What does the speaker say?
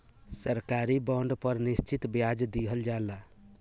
सरकारी बॉन्ड पर निश्चित ब्याज दर दीहल जाला